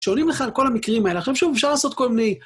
שואלים לך על כל המקרים האלה, עכשיו שוב אפשר לעשות כל מיני...